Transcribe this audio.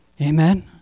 Amen